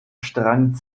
strang